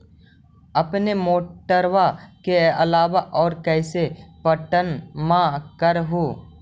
अपने मोटरबा के अलाबा और कैसे पट्टनमा कर हू?